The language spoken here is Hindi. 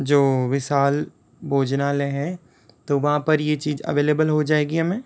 जो विशाल भोजनालय है तो वहाँ पर ये चीज़ अवेलेबल हो जाएगी हमें